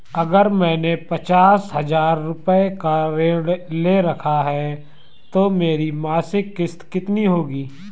अगर मैंने पचास हज़ार रूपये का ऋण ले रखा है तो मेरी मासिक किश्त कितनी होगी?